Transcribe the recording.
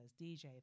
DJ